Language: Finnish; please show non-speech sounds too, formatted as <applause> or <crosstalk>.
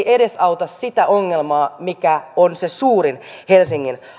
<unintelligible> edesauta sitä ongelmaa mikä on se suurin helsingin